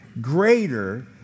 greater